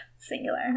Singular